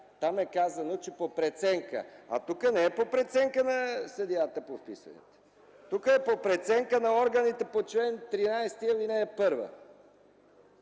там е казано, че по преценка, а тук не е по преценка на съдията по вписванията. Тук е по преценка на органите по чл. 13, ал. 1.